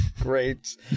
great